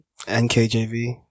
NKJV